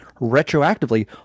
Retroactively